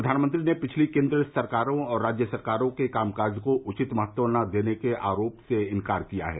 प्रधानमंत्री ने पिछली केंद्र सरकारों और राज्य सरकारों के कामकाज को उचित महत्व न देने के आरोप से इंकार किया है